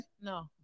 No